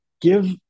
give –